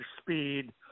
speed